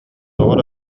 тоҕо